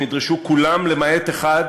נדרשו כולם למעט אחד,